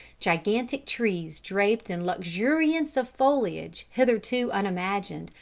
gigantic trees draped in luxuriance of foliage hitherto unimagined,